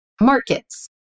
markets